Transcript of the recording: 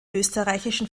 österreichischen